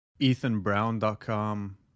EthanBrown.com